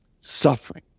Suffering